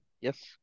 Yes